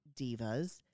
divas